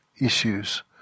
issues